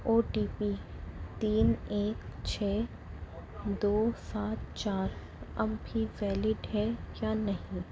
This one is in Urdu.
او ٹی پی تین ایک چھ دو سات چار اب بھی ویلڈ ہے یا نہیں